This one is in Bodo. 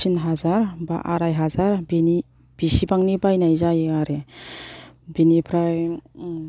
थिन हाजार बा आराइ हाजार बिनि बिसिबांनि बायनाय जायो आरो बेनिफ्राय